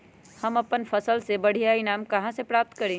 हम अपन फसल से बढ़िया ईनाम कहाँ से प्राप्त करी?